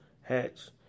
hats